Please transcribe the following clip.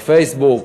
בפייסבוק,